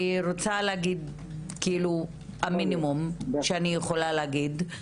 זה המינימום שאני יכולה להגיד.